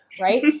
right